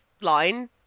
line